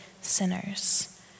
sinners